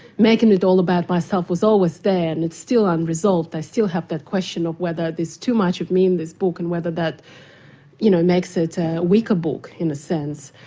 making it all about myself, was always there and it's still unresolved, i still have that question of whether there's too much of me in this book and whether that you know makes it a weaker book in a sense.